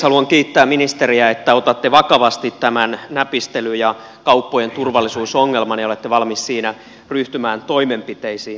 haluan kiittää ministeriä siitä että otatte vakavasti tämän näpistely ja kauppojen turvallisuusongelman ja olette valmis siinä ryhtymään toimenpiteisiin